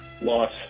Loss